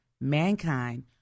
mankind